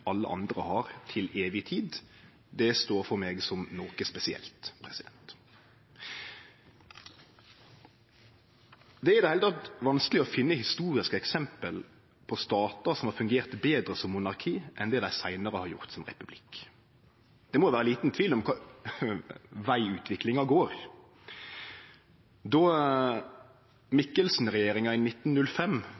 alle andre har, til evig tid, står for meg som noko spesielt. Det er i det heile vanskeleg å finne historiske eksempel på statar som har fungert betre som monarki enn det dei seinare har gjort som republikk. Det må vere liten tvil om kva veg utviklinga går. Då